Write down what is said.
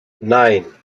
nine